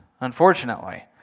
unfortunately